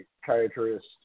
psychiatrist